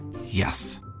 Yes